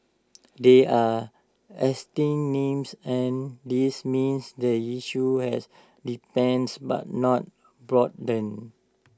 they are existing names and this means the issue has deepens but not broadened